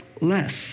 less